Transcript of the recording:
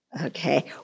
Okay